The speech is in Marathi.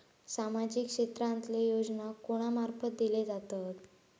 सामाजिक क्षेत्रांतले योजना कोणा मार्फत दिले जातत?